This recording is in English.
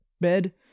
bed